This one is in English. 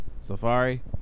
Safari